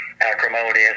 acrimonious